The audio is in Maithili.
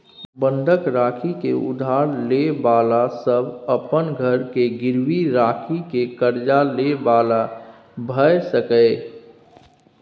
बंधक राखि के उधार ले बला सब अपन घर के गिरवी राखि के कर्जा ले बला भेय सकेए